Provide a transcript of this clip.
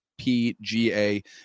PGA